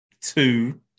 two